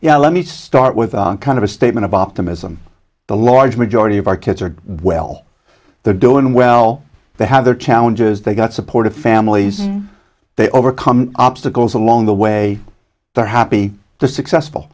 yeah let me just start with a kind of a statement of optimism the large majority of our kids are well they're doing well they have their challenges they've got supportive families they overcome obstacles along the way they're happy the successful